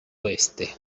oeste